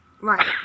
Right